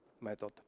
method